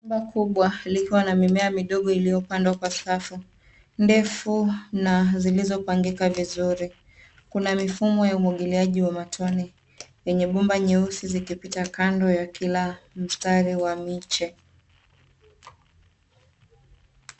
Shamba kubwa likiwa na mimea midogo iliyopandwa kwa safi ndefu na zilizopangika vizuri. Kuna mifumo ya umwagiliaji wa matone yenye bomba nyeusi zikipita kando ya kila mstari ya miche.